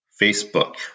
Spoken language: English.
Facebook